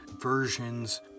versions